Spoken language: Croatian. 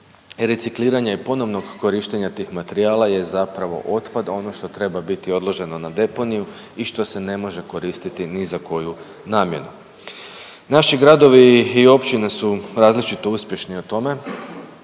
recikliranja i ponovnog korištenja tih materijala je zapravo otpad, ono što treba biti odloženo na deponiju i što se ne može koristiti ni za koju namjenu. Naši gradovi i općine su različito uspješni u tome,